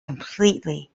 completely